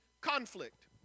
conflict